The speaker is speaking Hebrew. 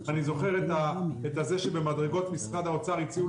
אני זוכר את זה שבמדרגות משרד האוצר הציעו